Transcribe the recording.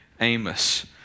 Amos